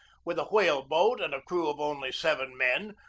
with a whale-boat and a crew of only seven men,